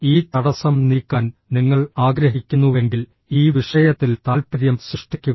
ഈ തടസ്സം നീക്കാൻ നിങ്ങൾ ആഗ്രഹിക്കുന്നുവെങ്കിൽ ഈ വിഷയത്തിൽ താൽപര്യം സൃഷ്ടിക്കുക